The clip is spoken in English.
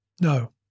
No